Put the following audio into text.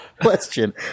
question